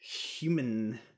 Human